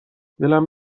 دلمم